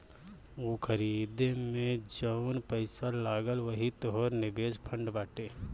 ऊ खरीदे मे जउन पैसा लगल वही तोहर निवेश फ़ंड बाटे